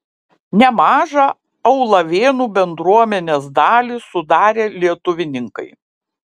nemažą aulavėnų bendruomenės dalį sudarė lietuvininkai